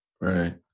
Right